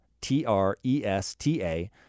T-R-E-S-T-A